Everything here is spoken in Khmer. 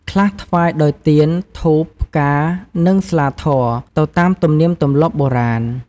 ខ្លះថ្វាយដោយទៀន ធូប ផ្កា និងស្លាធម៌ ទៅតាមទំនៀមទម្លាប់បុរាណ។